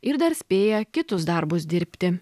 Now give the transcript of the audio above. ir dar spėja kitus darbus dirbti